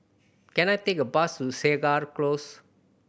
can I take a bus to Segar Close